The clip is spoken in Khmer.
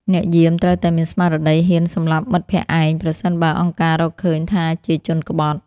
អ្នកយាមត្រូវតែមានស្មារតីហ៊ានសម្លាប់មិត្តភក្តិឯង ប្រសិនបើអង្គការរកឃើញថាជាជនក្បត់។